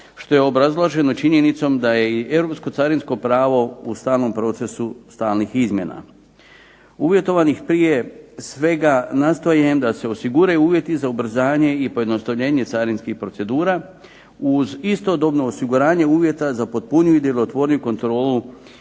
što je obrazloženo činjenicom da je i europsko carinsko pravo u stalnom procesu stalnih izmjena, uvjetovanih prije svega …/Govornik se ne razumije./… da se osiguraju uvjeti za ubrzanje i pojednostavljenje carinskih procedura, uz istodobno osiguranje uvjeta za potpuniju i djelotvorniju kontrolu